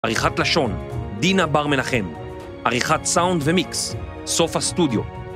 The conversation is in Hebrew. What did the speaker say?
עריכת לשון: דינה בר מנחם, עריכת סאונד ומיקס: סוף הסטודיו.